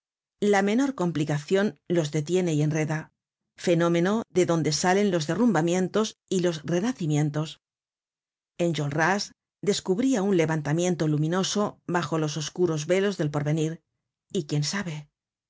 la menor complicacion los detiene y enreda fenómeno de donde salen los derrumbamientos y los renacimientos enjolras descubria un levantamiento luminoso bajo los oscuros velos del porvenir y quién sabe el